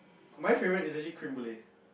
my favourite is actually creme brulee